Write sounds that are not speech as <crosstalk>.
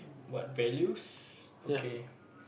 what values okay <breath>